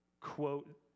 quote